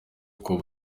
kuko